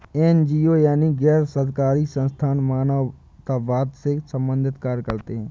NGO यानी गैर सरकारी संस्थान मानवतावाद से संबंधित कार्य करते हैं